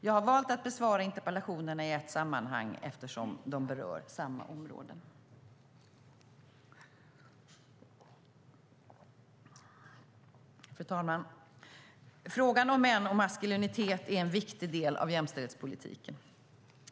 Jag har valt att besvara interpellationerna i ett sammanhang eftersom de berör samma områden. Frågan om män och maskulinitet är en viktig del av jämställdhetspolitiken.